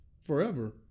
forever